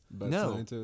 No